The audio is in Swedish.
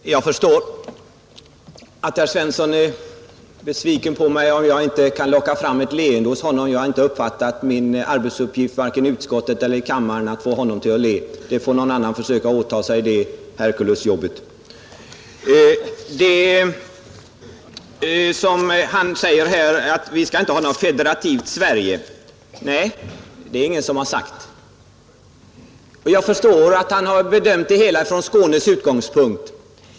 Fru talman! Jag förstår att herr Svensson i Malmö är besviken på mig för att jag inte kan locka fram ett leende hos honom. Jag har inte uppfattat att min arbetsuppgift vare sig i utskottet eller i kammaren skulle vara att få honom att le. Någon annan får försöka åta sig det Herkulesjobbet. Herr Svensson säger att vi inte skall ha något federativt Sverige. Nej, det har ingen hävdat. Jag förstår att han bedömt det hela med Skåne som utgångspunkt.